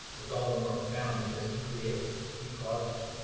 is all the more profound because he created it. he caused it.